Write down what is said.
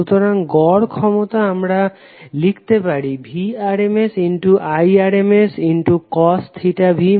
সুতরাং গড় ক্ষমতা আমরা লিখতে পারি Vrms Irmscosv i